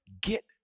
get